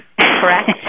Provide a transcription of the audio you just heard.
correct